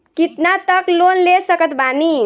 कितना तक लोन ले सकत बानी?